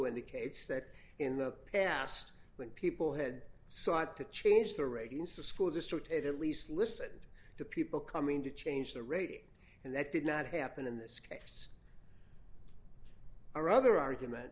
indicates that in the past when people head sought to change the ratings the school district at least listened to people coming to change the rating and that did not happen in this case or other argument